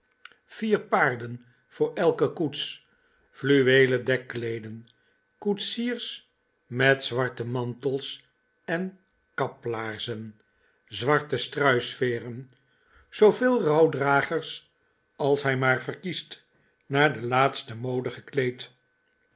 vier paarden voor elke koets fluweelen dekkleeden koetsiers met zwarte mantels en kaplaarzen zwarte struisveeren zooveel rouwdragers als hij maar verkiest naar de laatste mode gekleed